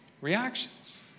reactions